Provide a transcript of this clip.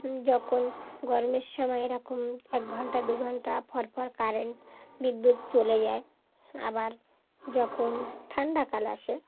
যখন গরমের সময় এরকম এক ঘণ্টা দু ঘণ্টা পরপর কারেন্ট বিদ্যুৎ চলে যায় আবার যখন ঠান্ডাকাল আসে